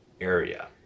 area